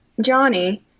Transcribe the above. Johnny